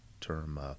term